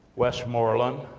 westmoreland,